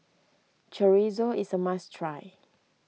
Chorizo is a must try